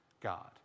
God